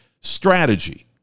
strategy